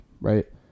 right